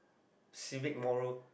civic moral